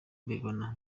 mbibona